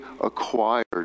acquired